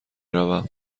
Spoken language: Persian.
روم